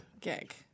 gig